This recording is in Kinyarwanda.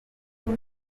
prof